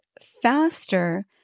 faster